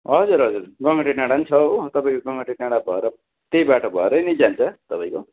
हजुर हजुर गङ्गटे डाँडा नि छ हो तपाईँको गङ्गटे डाँडा भएर त्यही बाटो भएर नै जान्छ तपाईँको